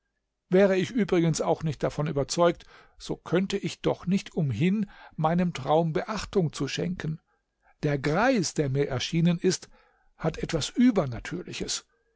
wäre ich übrigens auch nicht davon überzeugt so könnte ich doch nicht umhin meinem traum beachtung zu schenken der greis der mir erschienen ist hat etwas übernatürliches